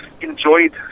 enjoyed